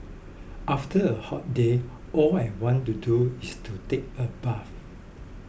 after a hot day all I want to do is to take a bath